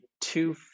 two